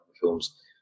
films